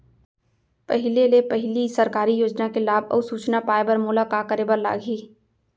पहिले ले पहिली सरकारी योजना के लाभ अऊ सूचना पाए बर मोला का करे बर लागही?